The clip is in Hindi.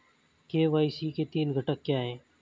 के.वाई.सी के तीन घटक क्या हैं?